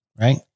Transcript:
right